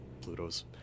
Pluto's